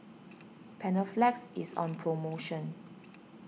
Panaflex is on promotion